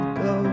go